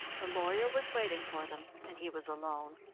the lawyer was waiting for them, and he was alone.